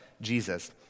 Jesus